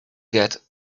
get